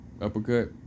uppercut